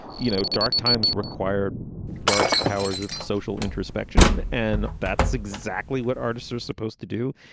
you know, dark times required dark powers of social introspection. and that's exactly what artists are supposed to do.